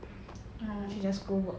orh